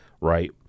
right